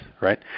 right